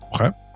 okay